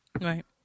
Right